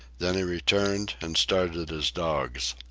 then he returned and started his dogs.